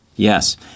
Yes